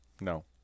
No